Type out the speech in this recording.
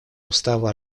устава